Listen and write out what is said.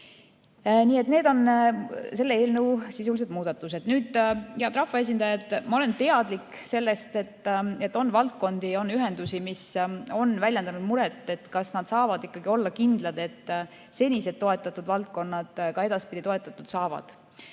Need on selle eelnõu sisulised muudatused. Head rahvaesindajad! Ma olen teadlik sellest, et on valdkondi, ühendusi, mis on väljendanud muret, kas nad saavad olla kindlad, et seni toetatud valdkonnad ka edaspidi toetatud saavad.